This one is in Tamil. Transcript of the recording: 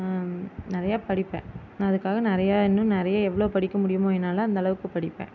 நிறையா படிப்பேன் நான் அதுக்காக நிறையா இன்னும் நிறைய எவ்வளோ படிக்க முடியுமோ என்னால் அந்த அளவுக்கு படிப்பேன்